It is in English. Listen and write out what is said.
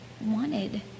wanted